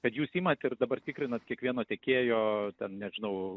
kad jūs imat ir dabar tikrinat kiekvieno tiekėjo ten nežinau